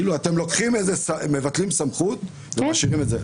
כאילו אתם מבטלים סמכות ומשאירים את זה.